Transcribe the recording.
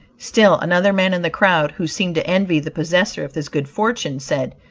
still another man in the crowd who seemed to envy the possessor of this good fortune, said,